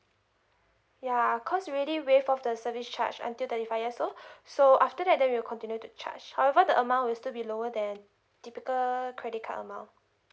yeah cause really waive off the service charge until thirty five years old so after that then we'll continue to charge however the amount will still be lower than typical credit card amount